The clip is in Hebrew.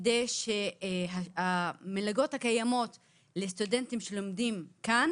כדי שהמלגות הקיימות לסטודנטים שלומדים כאן